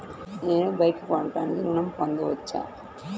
నేను బైక్ కొనటానికి ఋణం పొందవచ్చా?